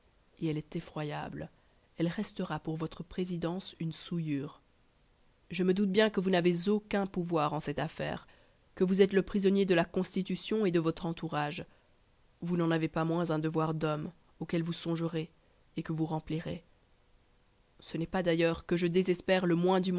et elle est effroyable elle restera pour votre présidence une souillure je me doute bien que vous n'avez aucun pouvoir en cette affaire que vous êtes le prisonnier de la constitution et de votre entourage vous n'en avez pas moins un devoir d'homme auquel vous songerez et que vous remplirez ce n'est pas d'ailleurs que je désespère le moins